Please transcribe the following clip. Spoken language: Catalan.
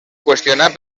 qüestionat